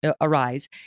arise